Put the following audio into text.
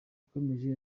yakomeje